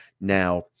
now